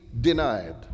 denied